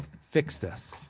fix this.